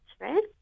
right